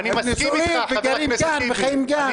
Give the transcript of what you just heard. הם נשואים, גרים כאן וחיים כאן.